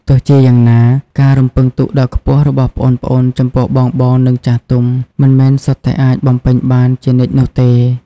ទោះជាយ៉ាងណា ការរំពឹងទុកដ៏ខ្ពស់របស់ប្អូនៗចំពោះបងៗ និងចាស់ទុំ មិនមែនសុទ្ធតែអាចបំពេញបានជានិច្ចនោះទេ។